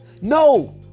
No